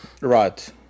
Right